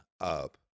up